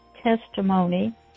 testimony